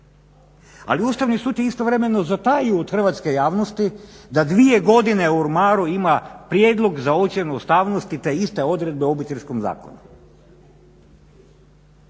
Ali Ustavni sud je istovremeno zatajio od hrvatske javnosti da dvije godine u ormaru ima prijedlog za ocjenu ustavnosti te iste odredbe o Obiteljskom zakonu.